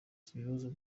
ikibazo